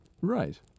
Right